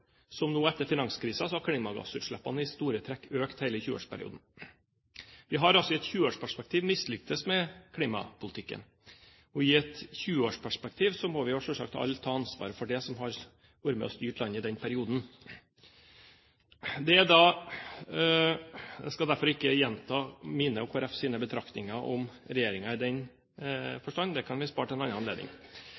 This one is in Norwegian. som nå etter finanskrisen, så har klimagassutslippene i store trekk økt i hele 20-årsperioden. Vi har altså i et 20-årsperpektiv mislyktes med klimapolitikken. Og i et 20-årsperspektiv må vi selvsagt alle ta ansvar for det – alle som har vært med på å styre landet i den perioden. Jeg skal derfor ikke gjenta mine og Kristelig Folkepartis betraktninger om regjeringen i den